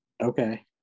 okay